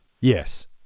Yes